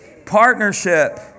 Partnership